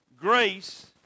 grace